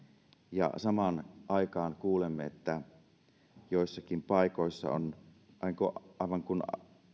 ja samaan aikaan kuulemme että joissakin paikoissa on aivan kuin